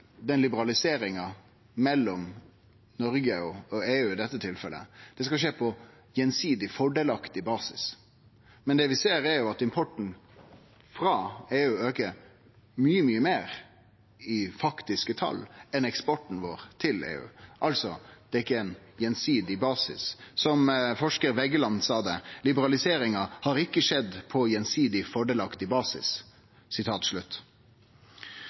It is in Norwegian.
den tollfrie importen av jordbruksvarer til Noreg. Det interessante er at ifølgje EØS-avtalen skal liberaliseringa mellom Noreg og i dette tilfellet EU skje på gjensidig fordelaktig basis, men det vi ser, er at importen frå EU aukar mykje, mykje meir i faktiske tal enn eksporten vår til EU. Altså er det ikkje ein gjensidig basis. Som forskar Veggeland sa det: Liberaliseringa har ikkje skjedd på gjensidig fordelaktig basis.